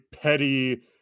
petty